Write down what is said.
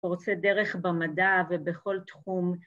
‫פורצי דרך במדע ובכל תחום.